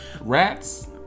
Rats